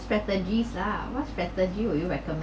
strategies lah what strategy will you recommend